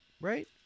Right